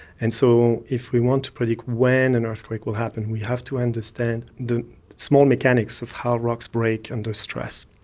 and so if we want to predict when an earthquake will happen, we have to understand the small mechanics of how rocks break under stress,